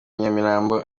nyamirambo